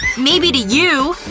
maybe to you.